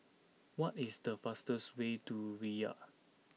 what is the fastest way to Riyadh